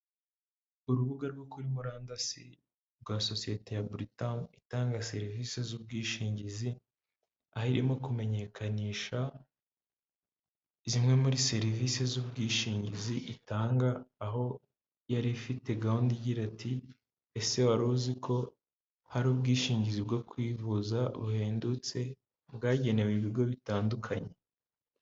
Urubuga rwo kuri murandasi, rwa sosiyete ya Britam itanga serivisi z'ubwishingizi, aho irimo kumenyekanisha, zimwe muri serivisi z'ubwishingizi itanga, aho yari ifite gahunda igira iti, "ese wari uzi ko, hari ubwishingizi bwo kwivuza buhendutse, bwagenewe ibigo bitandukanye".